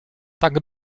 tak